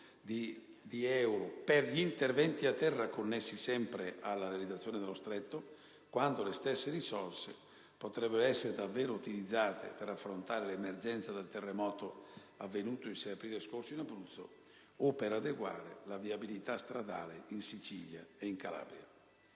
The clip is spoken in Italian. di euro per gli interventi a terra connessi alla realizzazione del ponte sullo Stretto, quando le stesse risorse potrebbero essere davvero utilizzate, ad esempio, per affrontare l'emergenza del terremoto avvenuto il 6 aprile scorso in Abruzzo, o per adeguare la viabilità stradale in Sicilia e Calabria.